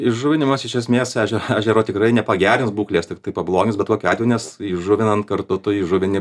įžuvinimas iš esmės eže ežero tikrai nepagerins būklės tiktai pablogins bet kokiu atveju nes įžuvinant kartu tai įžuvini